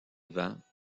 vents